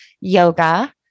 yoga